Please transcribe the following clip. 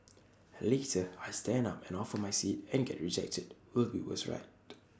later I stand up and offer my seat and get rejected will be worse right